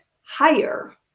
higher